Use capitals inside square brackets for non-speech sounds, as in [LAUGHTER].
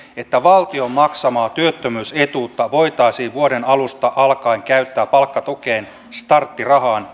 että valtion maksamaa työttömyysetuutta voitaisiin vuoden alusta alkaen käyttää palkkatukeen starttirahaan [UNINTELLIGIBLE]